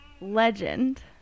legend